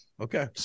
okay